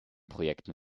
projekten